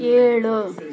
ಏಳು